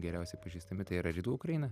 geriausiai pažįstami tai yra rytų ukraina